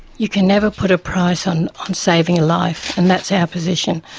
you can never put a price on on saving a life, and that's our position.